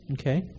Okay